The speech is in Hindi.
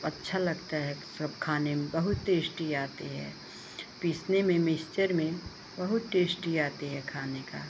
अच्छा लगता है सब खाने में बहुत टेश्टी आता है पीसने मे मिस्चर में बहुत टेश्टी आता है खाने का